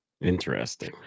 Interesting